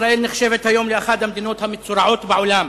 ישראל נחשבת היום לאחת המדינות המצורעות בעולם.